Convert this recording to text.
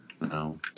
No